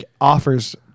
offers